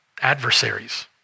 adversaries